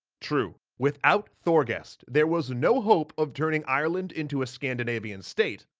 true, without thorgest, there was no hope of turning ireland into a scandinavian state,